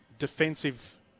defensive